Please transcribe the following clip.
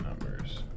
numbers